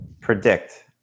predict